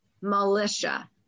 militia